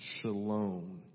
shalom